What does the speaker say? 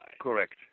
Correct